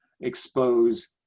expose